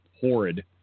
horrid